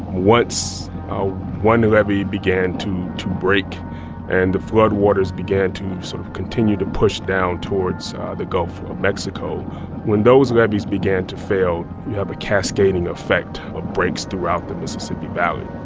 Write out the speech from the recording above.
once one levee began to to break and the flood waters began to sort of continue to push down towards the gulf of mexico when those levees began to fail, you have a cascading effect of breaks throughout the mississippi valley